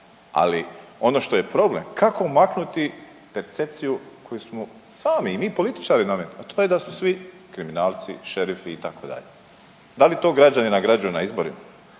ali ono što je problem kako maknuti percepciju koju smo sami i mi političari nametnuli, a to je da su svi kriminalci, šerifi itd., da li to građani nagrađuju na izborima?